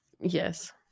Yes